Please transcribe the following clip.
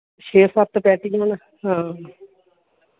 छे सत्त पेटियां न हां